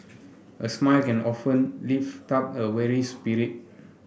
a smile can often lift up a weary spirit